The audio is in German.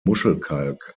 muschelkalk